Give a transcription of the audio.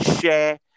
share